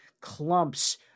clumps